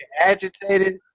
agitated